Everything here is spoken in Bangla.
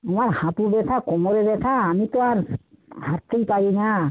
আমার হাঁটু ব্যথা কোমরে ব্যথা আমি তো আর হাঁটতেই পারি না